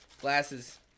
Glasses